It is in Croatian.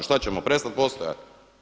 Šta ćemo prestat postojat?